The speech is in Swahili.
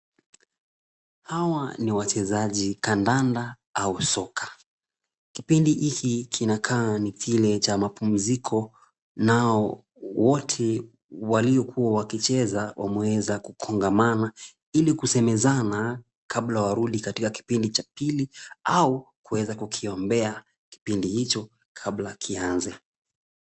Hawa ni wachezaji kandanda au soka. Kipindi hiki kinakaa ni kile cha mapumziko, nao wote waliokuwa wakicheza wameweza kukongomana ili kusemezana kabla warudi katika kipindi cha pili au kuweza kukiombea kipindi hicho kabla kianze.